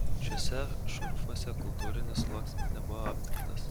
šiuose šurfuose kultūrinis sluoksnis nebuvo aptiktas